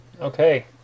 okay